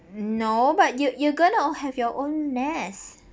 no but you you're gonna have your own nest